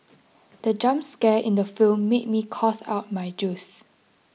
the jump scare in the film made me cough out my juice